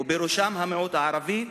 ובראשם המיעוט הערבי,